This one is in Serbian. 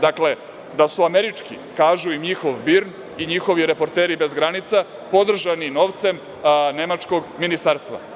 Dakle, da su američki kaže i njihov BIRN i njihovi Reporteri bez granica, podržani novcem nemačkog ministarstva.